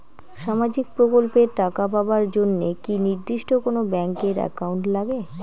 সামাজিক প্রকল্পের টাকা পাবার জন্যে কি নির্দিষ্ট কোনো ব্যাংক এর একাউন্ট লাগে?